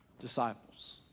disciples